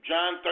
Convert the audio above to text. John